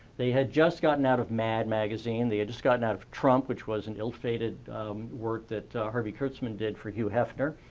they had just gotten out of mad magazine. they had just gotten out of trump which was an ill-fated work that harvey kurtzman did for hugh heffner.